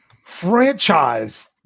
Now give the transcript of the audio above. Franchise